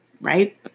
right